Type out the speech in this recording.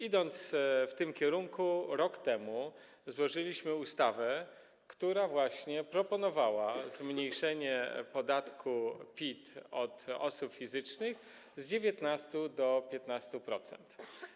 Idąc w tym kierunku, rok temu złożyliśmy ustawę, która właśnie proponowała zmniejszenie podatku PIT, podatku od osób fizycznych, z 19% do 15%.